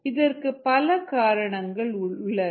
இதற்கு பல காரணங்கள் உள்ளன